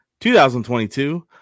2022